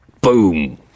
Boom